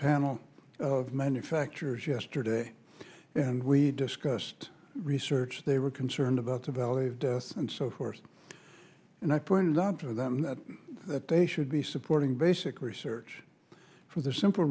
panel of manufacturers yesterday and we discussed research they were concerned about the valley of death and so forth and i pointed out to them that they should be supporting basic research for the simple